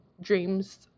dreams